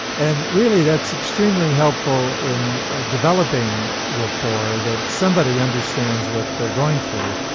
and really that's extremely helpful in developing rapport, that somebody understands what they're going through,